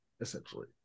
essentially